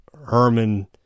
Herman